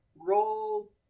Roll